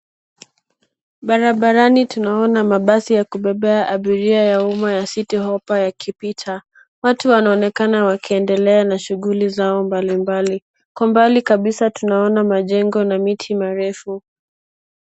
Barabarani tunaona mabasi ya kubebea abiria ya umma ya City Hoppa yakipita. Watu wanaonekana wakiendelea na shughuli zao mbalimbali. Kwa mbali kabisa tunaona majengo na miti marefu.